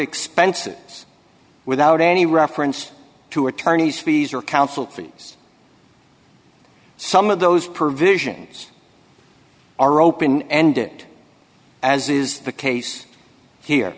expenses without any reference to attorneys fees or council fees some of those provisions are open and it as is the case here